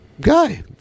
guy